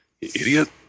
idiot